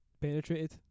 penetrated